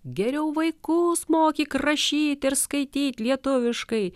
geriau vaikus mokyk rašyt ir skaityt lietuviškai